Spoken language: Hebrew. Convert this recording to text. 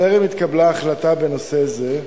טרם התקבלה החלטה בנושא זה.